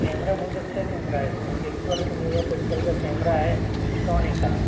camera बहुत अच्छा camera है इसमें एक सौ आठ मेगापिक्सल का कैमरा है सोनी का